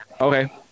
Okay